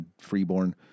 Freeborn